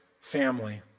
family